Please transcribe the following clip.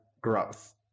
growth